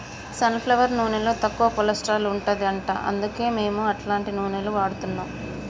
sun flower నూనెలో తక్కువ cholesterol ఉంటది అంట అందుకే మేము అట్లాంటి నూనెలు వాడుతున్నాం